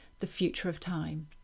thefutureoftime